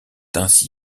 ainsi